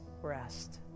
rest